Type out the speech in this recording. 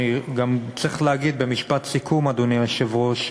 אני צריך להגיד במשפט סיכום, אדוני היושב-ראש,